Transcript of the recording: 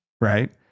Right